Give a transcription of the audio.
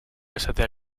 esatea